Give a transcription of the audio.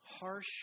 harsh